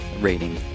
rating